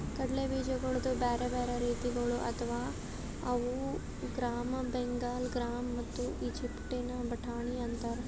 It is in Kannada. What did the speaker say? ಕಡಲೆ ಬೀಜಗೊಳ್ದು ಬ್ಯಾರೆ ಬ್ಯಾರೆ ರೀತಿಗೊಳ್ ಅವಾ ಅವು ಗ್ರಾಮ್, ಬೆಂಗಾಲ್ ಗ್ರಾಮ್ ಮತ್ತ ಈಜಿಪ್ಟಿನ ಬಟಾಣಿ ಅಂತಾರ್